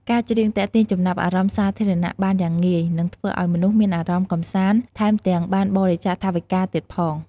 ការច្រៀងទាក់ទាញចំណាប់អារម្មណ៍សាធារណៈបានយ៉ាងងាយ និងធ្វើឱ្យមនុស្សមានអារម្មណ៍កម្សាន្ត ថែមទាំងបានបរិច្ចាគថវិការទៀតផង។